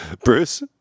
Bruce